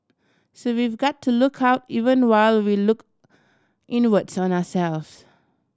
so we've got to look out even while we look inwards on ourselves